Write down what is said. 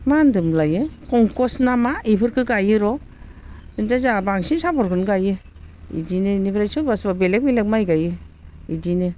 मा होनदोंमोनलायो खंखस नामा बेफोरखौ गायोर' बेनिफ्राय जोंहा बांसिन साफरखौनो गायो बिदिनो बिनिफ्राय सोरबा सोरबा बेलेग बेलेग माइ गायो बिदिनो